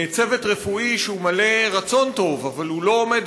צוות רפואי שמלא רצון טוב אבל לא עומד